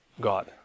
God